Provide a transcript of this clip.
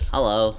Hello